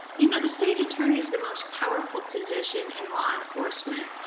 you know, the state attorney is the most powerful position in law enforcement.